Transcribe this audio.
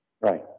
Right